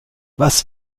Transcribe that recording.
was